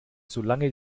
solange